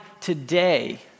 today